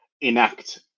enact